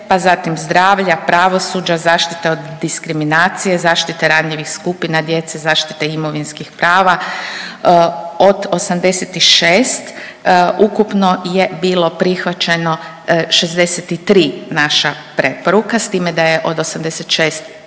pa zatim zdravlja, pravosuđa, zaštita od diskriminacije, zaštite ranjivih skupina djece, zaštite imovinskih prava. od 86 ukupno je bilo prihvaćeno 63 naša preporuka s time da je od 86